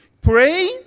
Pray